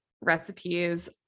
recipes